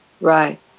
Right